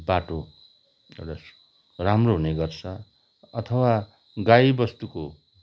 बाटो एउटा राम्रो हुनेगर्छ अथवा गाईवस्तुको